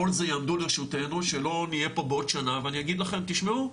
כל זה יעמוד לרשותנו שלא נהיה פה בעוד שנה ואני אגיד לכם תשמעו,